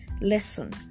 lesson